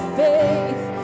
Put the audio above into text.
faith